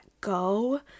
go